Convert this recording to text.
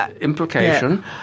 implication